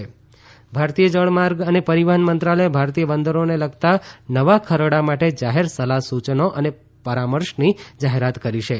ભારતીય બંદર ખરડો ભારતીય જળમાર્ગ અને પરીવહન મંત્રાલય ભારતીય બંદરોને લગતા નવા ખરડા માટે જાહેર સલાહ સુયનો અને પરામર્શની જાહરોત કરી છે